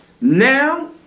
Now